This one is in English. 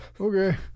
Okay